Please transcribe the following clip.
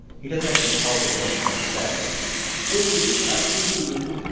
he doesn't actually tell them what he's going to say wait is this actually the original